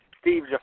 Steve